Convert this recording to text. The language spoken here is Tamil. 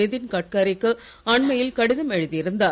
நிதின் கட்காரி க்கு அண்மையில் கடிதம் எழுதியிருந்தார்